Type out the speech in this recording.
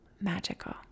magical